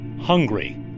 hungry